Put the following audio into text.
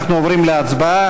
אנחנו עוברים להצבעה.